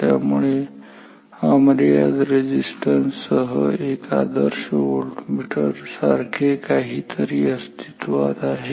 त्यामुळे अमर्यादित रेझिस्टन्स सह एक आदर्श व्होल्टमीटर सारखे काहीतरी अस्तित्वात आहे